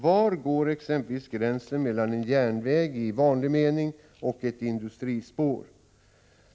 Var går exempelvis gränsen mellan en järnväg i vanlig mening och ett industrispår?